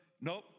Nope